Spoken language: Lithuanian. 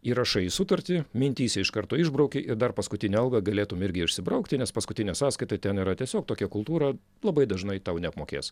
įrašai į sutartį mintyse iš karto išbrauki ir dar paskutinę algą galėtum irgi išsibraukti nes paskutinė sąskaita ten yra tiesiog tokia kultūra labai dažnai tau neapmokės